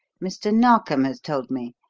mr. narkom has told me.